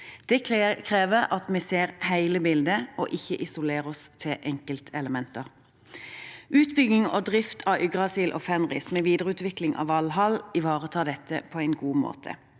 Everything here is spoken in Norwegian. Det krever at vi ser hele bildet og ikke isolerer oss til enkeltelementer. Utbygging og drift av Yggdrasil og Fenris med videreutvikling av Valhall ivaretar dette på en god måte.